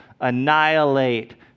annihilate